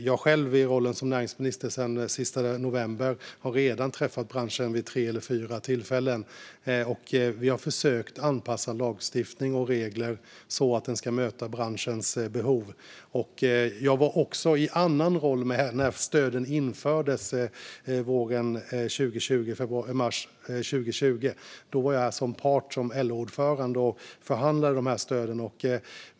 Jag har själv redan träffat branschen vid tre eller fyra tillfällen i min roll som näringsminister sedan den 30 november. Vi har försökt anpassa lagstiftning och regler så att de ska möta branschens behov. Jag var med i en annan roll när stöden infördes i februari och mars under våren 2020. Då var jag med som part, som LO-ordförande, och förhandlade om stöden.